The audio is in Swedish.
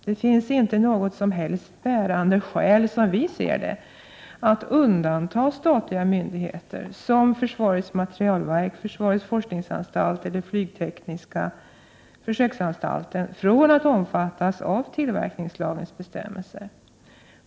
Det finns, som vi ser det, inte något som helst bärande skäl att undanta statliga myndigheter som försvarets materielverk, försvarets forskningsanstalt eller flygtekniska försöksanstalten från att omfattas av tillverkningslagens bestämmelser.